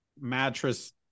mattress